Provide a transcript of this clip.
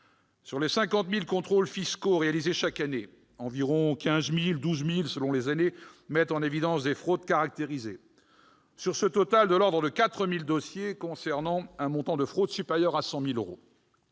sur les 50 000 contrôles fiscaux réalisés chaque année, de 12 000 à 15 000, selon les années, mettent en évidence des fraudes caractérisées. Sur ce total, quelque 4 000 dossiers concernent un montant de fraude supérieur à 100 000 euros.